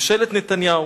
ממשלת נתניהו,